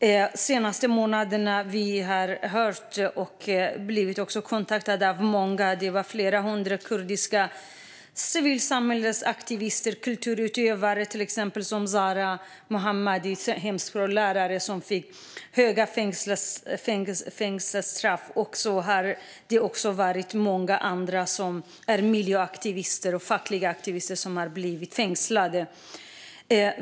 De senaste månaderna har vi hört - och vi har blivit kontaktade av många - att flera hundra kurdiska civilsamhällesaktivister och kulturutövare, till exempel hemspråksläraren Zara Mohamadi, fått långa fängelsestraff. Även många andra, som är miljöaktivister och fackliga aktivister, har blivit fängslade.